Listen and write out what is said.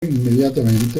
inmediatamente